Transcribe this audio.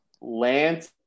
Lance